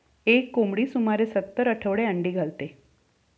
एक कोंबडी सुमारे सत्तर आठवडे अंडी घालते